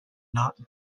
not